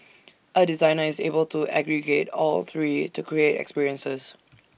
A designer is able to aggregate all three to create experiences